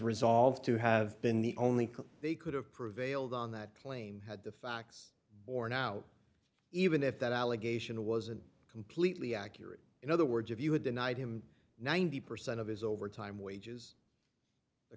resolved to have been the only they could have prevailed on that claim had the facts or now even if that allegation was completely accurate in other words if you had denied him ninety percent of his overtime wages